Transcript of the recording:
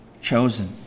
chosen